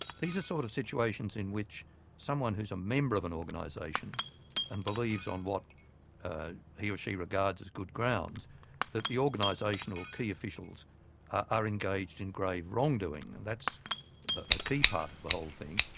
these are sort of situations in which someone who's a member of an organisation and believes on what ah he or she regards as good grounds that the organisation or key officials are engaged in grave wrongdoing. and that's a ah key part of the whole thing.